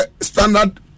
standard